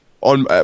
On